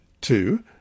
Two